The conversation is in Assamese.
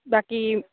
বাকী